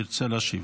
ירצה להשיב.